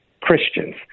Christians